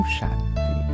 Shanti